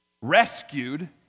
rescued